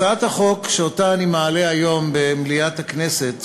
הצעת החוק שאני מעלה היום במליאת הכנסת